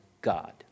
God